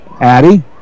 Addy